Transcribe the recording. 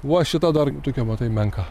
va šita dar tokia matai menka